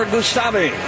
Gustave